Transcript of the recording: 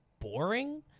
boring